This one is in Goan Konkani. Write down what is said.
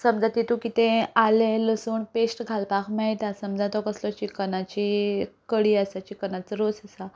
समजा तातूंत कितेंय आलें लसूण पेस्ट घालपाक मेळटा समजा तो कसलोय चिकनाची कडी आसा चिकनाचो रोस आसा